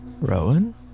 Rowan